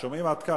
שומעים עד כאן.